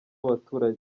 w’abaturage